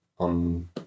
On